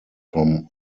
from